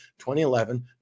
2011